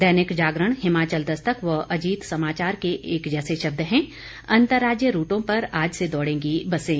दैनिक जागरण हिमाचल दस्तक व अजीत समाचार के एक जैसे शब्द हैं अंतर्राज्यीय रूटों पर आज से दौड़ेंगी बसें